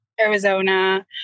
Arizona